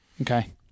Okay